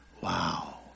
Wow